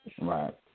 Right